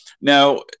now